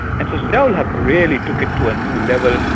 and so zia-ul-huq really took it to a new level.